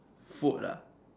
food ah